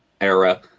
era